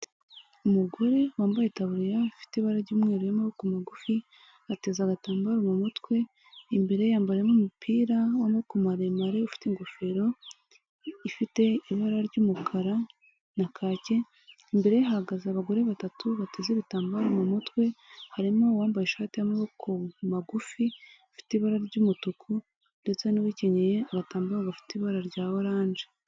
Umugore wambaye itaburiya ifite ibara ry'umweru n'amaboko magufi ateza agatambaro mu mutwe imbere yambara mo umupira w'amaboko maremare ufite ingofero ifite ibara ry'umukara na kake, imbere hahagaze abagore batatu bateze ibitambaro mu mutwe, harimo uwambaye ishati y'amaboko magufi ifite ibara ry'umutuku, ndetse n'uwikenyeye agatambaro gafite ibara rya oranje.